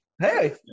hey